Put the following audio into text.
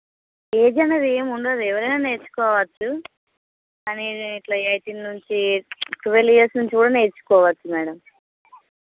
age అనేది ఏమి ఉండదు ఎవరైనా నేర్చుకోవచ్చు అనేది ఇట్లా ఎయిటీన్ నుంచి ట్వల్వ్ ఇయర్స్ నుంచి కూడా నేర్చుకోవచ్చు మేడమ్